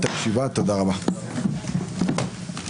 תודה רבה לכולם,